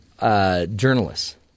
journalists